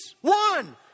One